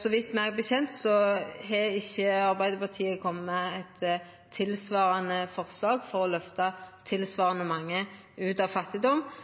Så vidt eg veit, har ikkje Arbeidarpartiet kome med eit tilsvarande forslag for å løfta tilsvarande mange ut av fattigdom.